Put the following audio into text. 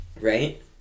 right